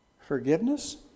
forgiveness